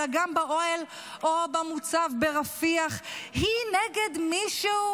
אלא גם באוהל או במוצב ברפיח היא נגד מישהו?